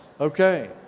Okay